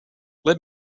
let